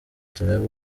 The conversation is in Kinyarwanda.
turebe